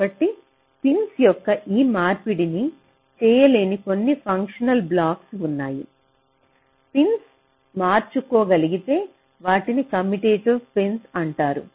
కాబట్టి పిన్స్ యొక్క ఈ మార్పిడిని చేయలేని కొన్ని ఫంక్షనల్ బ్లాక్స్ ఉన్నాయి పిన్స్ మార్చుకో గలిగితే వాటిని కమ్యుటేటివ్ పిన్స్ అంటారు